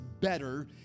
better